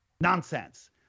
nonsense